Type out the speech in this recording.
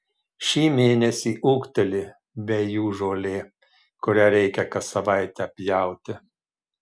šį mėnesį ūgteli vejų žolė kurią reikia kas savaitę pjauti